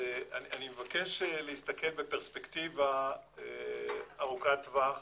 אני מבקש להסתכל בפרספקטיבה ארוכת טווח